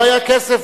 לא היה כסף,